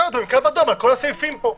להופיע עם קו אדום על כל הסעיפים פה.